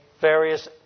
various